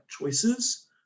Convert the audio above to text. choices